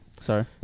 sorry